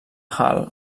hall